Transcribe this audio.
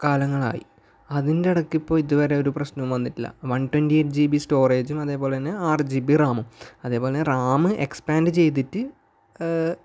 കാലങ്ങളായി അതിൻ്റെ ഇടയ്ക്ക് ഇപ്പോൾ ഇതുവരെ ഒരു പ്രശ്നവും വന്നിട്ടില്ല one twenty eight G B സ്റ്റോറേജും അതേപോലെ തന്നെ ആറ് ജി ബി റാമും അതേപോലെ റാമ് എക്സ്പാൻഡ് ചെയ്തിട്ട്